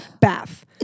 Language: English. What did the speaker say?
bath